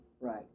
Right